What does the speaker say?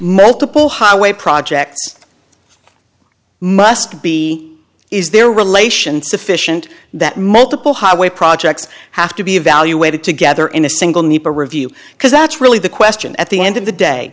multiple highway projects must be is their relation sufficient that multiple highway projects have to be evaluated together in a single need to review because that's really the question at the end of the day